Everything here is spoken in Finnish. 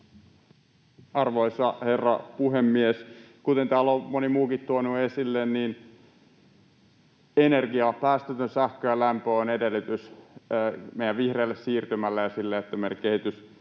Arvoisa herra puhemies! Kuten täällä on moni muukin tuonut esille, niin energia, päästötön sähkö ja lämpö, on edellytys vihreälle siirtymällemme ja sille, että meidän kehitys